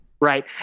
Right